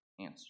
answer